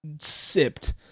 sipped